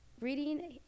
reading